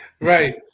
right